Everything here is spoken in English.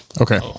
Okay